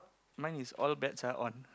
mine is all bets are on